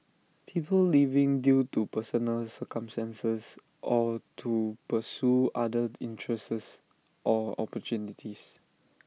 people leaving due to personal circumstances or to pursue other interests or opportunities